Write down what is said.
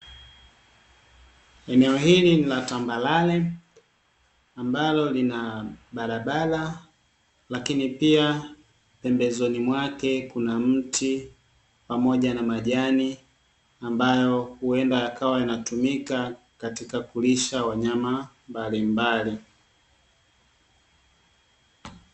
Eneo hili ni la tambalale ambalo lina barabara, lakini pia pembezoni mwake kuna mti pamoja na majani ambayo huenda yakawa yanatumika katika kulisha wanyama mbalimbali.